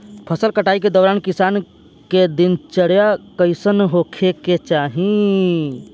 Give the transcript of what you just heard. फसल कटाई के दौरान किसान क दिनचर्या कईसन होखे के चाही?